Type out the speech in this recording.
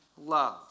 love